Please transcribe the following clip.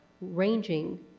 ranging